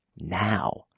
now